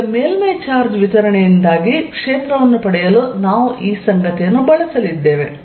ಈಗ ಮೇಲ್ಮೈ ಚಾರ್ಜ್ ವಿತರಣೆಯಿಂದಾಗಿ ಕ್ಷೇತ್ರವನ್ನು ಪಡೆಯಲು ನಾವು ಈ ಸಂಗತಿಯನ್ನು ಬಳಸಲಿದ್ದೇವೆ